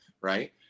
right